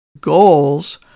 Goals